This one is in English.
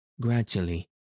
gradually